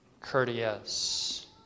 courteous